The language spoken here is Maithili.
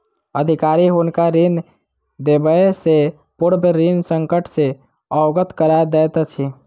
अधिकारी हुनका ऋण देबयसॅ पूर्व ऋण संकट सॅ अवगत करा दैत अछि